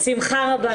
בשמחה רבה.